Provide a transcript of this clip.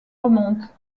remonte